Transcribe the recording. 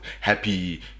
happy